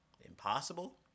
impossible